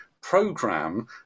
program